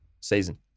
season